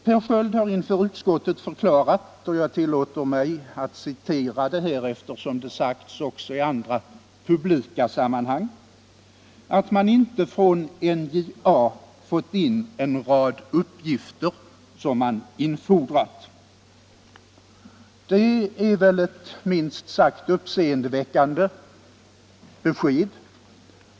Herr Sköld har inför utskottet förklarat — jag tillåter mig att citera, eftersom det har sagts också i andra publika sammanhang — ”att man inte från NJA fått in en rad uppgifter som man infordrat”. Det är väl ett minst sagt uppseendeväckande besked.